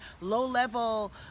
low-level